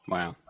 Wow